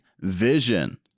vision